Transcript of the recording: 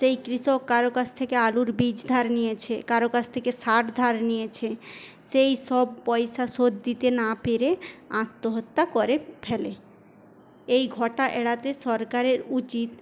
সেই কৃষক কারোর কাছ থেকে আলুর বীজ ধার নিয়েছে করোর কাছ থেকে সার ধার নিয়েছে সেই সব পয়সা শোধ দিতে না পেরে আত্মহত্যা করে ফেলে এই ঘটা এড়াতে সরকারের উচিৎ